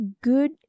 good